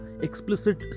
explicit